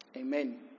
Amen